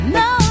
no